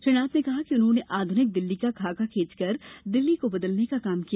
श्री नाथ ने कहा कि उन्होंने आधनिक दिल्ली का खाका खींचकर दिल्ली को बदलने का काम किया है